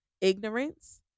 ignorance